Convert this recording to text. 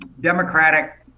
democratic